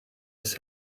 his